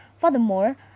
furthermore